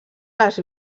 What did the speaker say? les